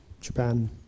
Japan